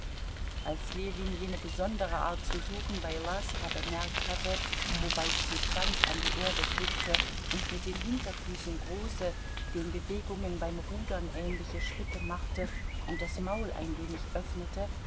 als ljewin jene besondere art zu suchen bei laska bemerkt hatte wobei sie sich ganz an die erde drückte und mit den hinterfüßen große den bewegungen beim rudern ähnliche schritte machte und das maul ein wenig öffnete